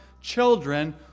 children